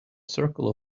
circle